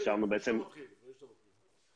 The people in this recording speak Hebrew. לפני שאתה מתחיל.